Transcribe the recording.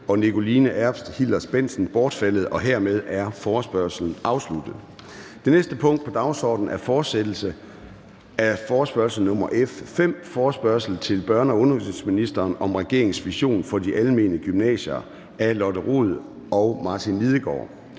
og Nikoline Erbs Hillers-Bendtsen (ALT) bortfaldet. Hermed er forespørgslen afsluttet. --- Det næste punkt på dagsordenen er: 2) Fortsættelse af forespørgsel nr. F 5 [afstemning]: Forespørgsel til børne- og undervisningsministeren om regeringens vision for de almene gymnasier. Af Lotte Rod (RV) og Martin Lidegaard